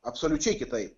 absoliučiai kitaip